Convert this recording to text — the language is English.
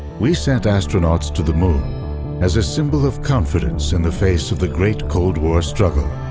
we sent astronauts to the moon as a symbol of confidence in the face of the great cold war struggle.